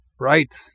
Right